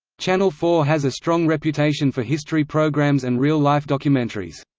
channel four has a strong reputation for history programmes and real-life documentaries.